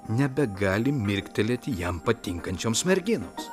nebegali mirktelėti jam patinkančioms merginoms